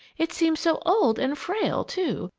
it seems so old and frail, too,